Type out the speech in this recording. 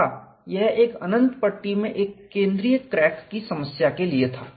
तथा यह एक अनंत पट्टी में एक केंद्रीय क्रैक की एक समस्या के लिए था